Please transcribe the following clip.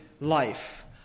life